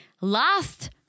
last